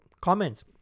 Comments